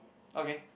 okay